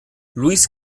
luis